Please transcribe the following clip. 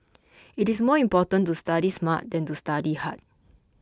it is more important to study smart than to study hard